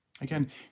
Again